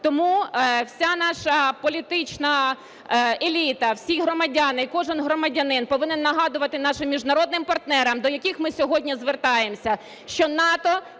Тому вся наша політична еліта, всі громадяни і кожен громадянин повинен нагадувати нашим міжнародних партнерам, до яких ми сьогодні звертаємося, що НАТО